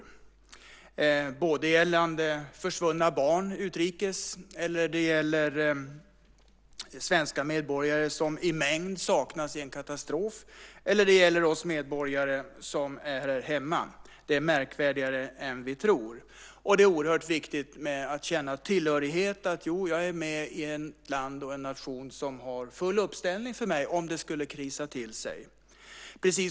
Det kan gälla både försvunna barn utrikes, svenska medborgare som i mängd saknas i en katastrof och oss medborgare här hemma. Det är märkvärdigare än vi tror. Det är oerhört viktigt att känna tillhörighet, att känna att man är med i ett land och en nation som har full uppställning för en om det skulle krisa till sig.